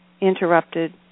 interrupted